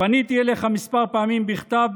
פניתי אליך כמה פעמים בכתב,